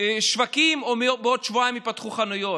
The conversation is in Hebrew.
או שבעוד שבועיים ייפתחו חנויות.